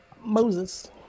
Moses